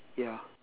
ya